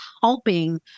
helping